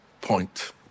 point